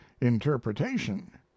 interpretation